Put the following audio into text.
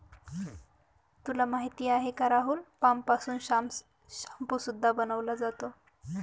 तुला माहिती आहे का राहुल? पाम पासून शाम्पू सुद्धा बनवला जातो